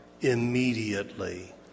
immediately